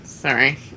Sorry